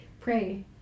pray